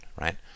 right